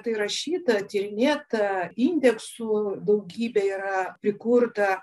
tai rašyta tyrinėta indeksų daugybė yra prikurta